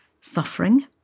suffering